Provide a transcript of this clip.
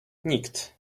nikt